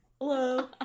Hello